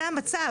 זה המצב.